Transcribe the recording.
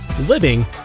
living